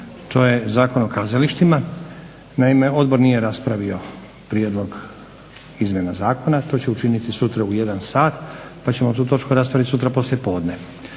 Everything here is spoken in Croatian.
To je Zakon o kazalištima. Naime, Odbor nije raspravio prijedlog izmjena zakona. To će učiniti sutra u 1 sat pa ćemo tu točku raspraviti sutra poslijepodne.